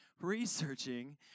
researching